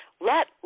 let